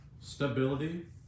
stability